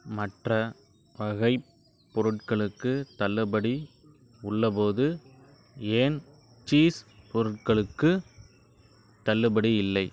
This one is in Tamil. மற்ற வகைப் பொருட்களுக்குத் தள்ளுபடி உள்ளபோது ஏன் சீஸ் பொருட்களுக்குத் தள்ளுபடி இல்லை